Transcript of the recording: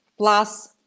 plus